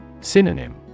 Synonym